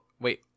Wait